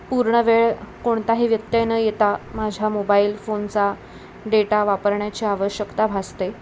पूर्ण वेळ कोणताही व्यत्यय न येता माझ्या मोबाईल फोनचा डेटा वापरण्याची आवश्यकता भासते